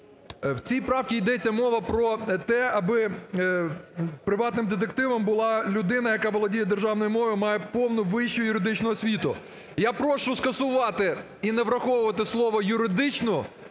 В цій правці йдеться мова про те, аби приватним детективом була людина, яка володіє державною мовою і має повну вищу юридичну освіту. Я прошу скасувати і не враховувати слово "юридичну"